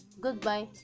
goodbye